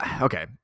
okay